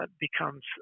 becomes